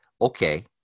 okay